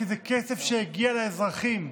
כי זה כסף שהגיע לאזרחים.